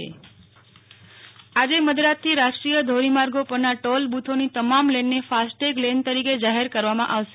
Nehal Thakkar national highway FASTag આજે મધરાતથી રાષ્ટ્રીય ધોરીમાર્ગે પરના ટોલ બુથોની તમામ લેનને ફાસ્ટેગ લેન તરીકે જાહેર કરવામાં આવશે